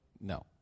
No